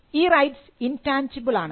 ഈ rights intangible ആണ്